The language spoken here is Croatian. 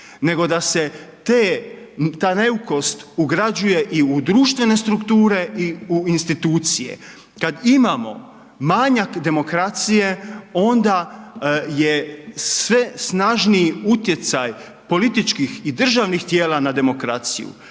nego da se ta neukost ugrađuje i u društvene strukture i u institucije. Kad imamo manjak demokracije onda je sve snažniji utjecaj političkih i državnih tijela na demokraciju,